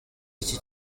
iki